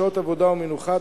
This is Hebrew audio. שעות עבודה ומנוחה,